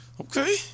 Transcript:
okay